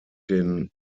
den